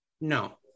No